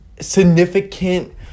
significant